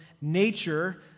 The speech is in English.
nature